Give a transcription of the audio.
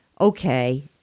okay